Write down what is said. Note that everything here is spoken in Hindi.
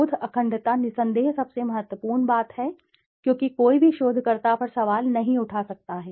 शोध अखंडता निस्संदेह सबसे महत्वपूर्ण बात है क्योंकि कोई भी शोधकर्ता पर सवाल नहीं उठा सकता है